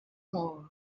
moors